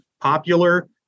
popular